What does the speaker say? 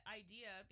idea